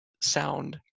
sound